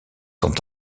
sont